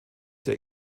der